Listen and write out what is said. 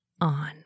on